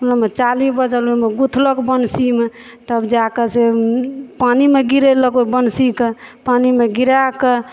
कुनोमे चाली बझल ओइमे गुथलक बन्सीमे तब जाएकऽ से पानीमे गिरेलक ओ बन्सीके पानीमे गिराएकऽ